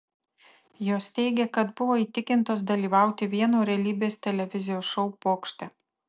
jos teigė kad buvo įtikintos dalyvauti vieno realybės televizijos šou pokšte